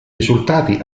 risultati